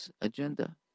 agenda